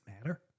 matter